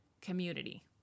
community